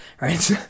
right